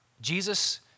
Jesus